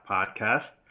Podcast